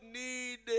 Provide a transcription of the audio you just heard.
need